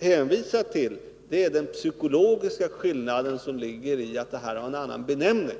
hänvisa till den psykologiska skillnad som ligger i att denna har en annan benämning.